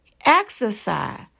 Exercise